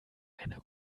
einer